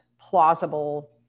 plausible